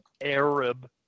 Arab